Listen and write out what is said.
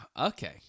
okay